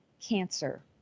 cancer